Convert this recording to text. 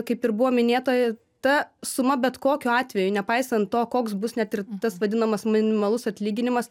kaip ir buvo minėta ta suma bet kokiu atveju nepaisant to koks bus net ir tas vadinamas minimalus atlyginimas